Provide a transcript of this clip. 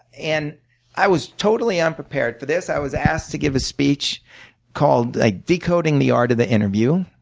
and i was totally unprepared for this. i was asked to give a speech called ah decoding the art of the interview.